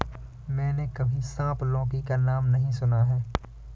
मैंने कभी सांप लौकी का नाम नहीं सुना है